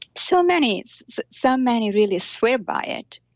so many so um many really swear by it.